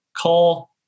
call